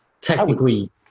Technically